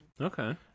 Okay